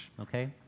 okay